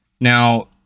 Now